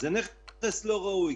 זה נכס לא ראוי.